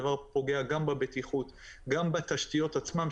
הדבר פוגע גם בבטיחות וגם בתשתיות עצמן,